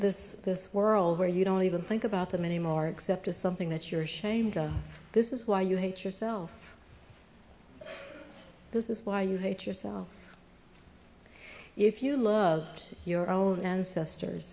this this world where you don't even think about them anymore except as something that you're ashamed of this is why you hate yourself this is why you hate yourself if you love your own ancestors